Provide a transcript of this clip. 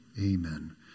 amen